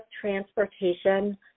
transportation